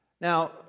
Now